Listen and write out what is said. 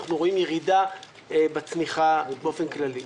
אנחנו רואים ירידה בצמיחה באופן כללי.